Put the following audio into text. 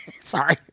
Sorry